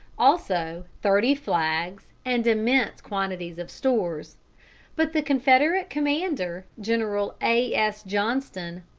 also thirty flags and immense quantities of stores but the confederate commander, general a. s. johnston,